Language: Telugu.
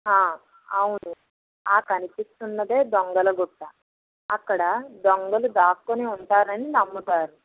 అవును ఆ కనిపిస్తున్నది దొంగల గుట్ట అక్కడ దొంగలు దాక్కొని ఉంటారని నమ్ముతారు